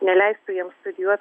neleistų jiems studijuot